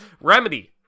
Remedy